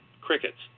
crickets